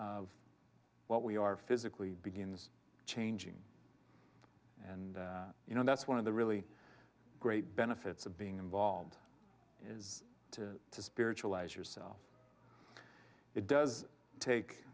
of what we are physically begins changing and you know that's one of the really great benefits of being involved is to spiritualize yourself it does take